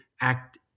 act